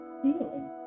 feeling